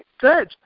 good